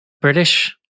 British